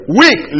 weak